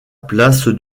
place